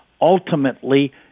ultimately